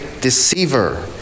deceiver